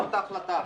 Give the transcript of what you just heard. זאת ההחלטה.